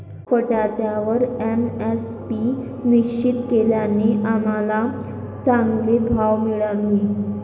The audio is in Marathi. बटाट्यावर एम.एस.पी निश्चित केल्याने आम्हाला चांगले भाव मिळाले